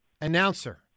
announcer